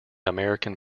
american